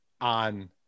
on